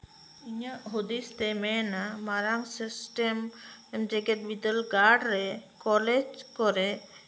ᱤᱧᱟᱹᱜ ᱦᱩᱫᱤᱥ ᱛᱮᱭ ᱢᱮᱱᱟ ᱢᱟᱨᱟᱝ ᱥᱤᱥᱴᱮᱢ ᱡᱮᱸᱜᱮᱛ ᱵᱤᱨᱫᱟᱹ ᱜᱟᱲᱨᱮ ᱠᱚᱞᱮᱡ ᱠᱚᱨᱮᱜ